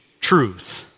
truth